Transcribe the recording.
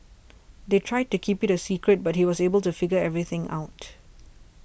they tried to keep it a secret but he was able to figure everything out